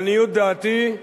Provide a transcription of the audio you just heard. לעניות דעתי,